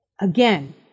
Again